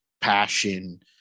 passion